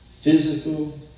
physical